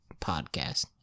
podcast